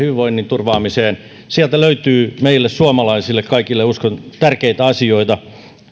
ja hyvinvoinnin turvaamiseksi sieltä löytyy meille suomalaisille kaikille uskon tärkeitä asioita